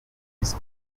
his